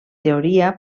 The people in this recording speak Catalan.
teoria